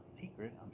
secret